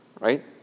right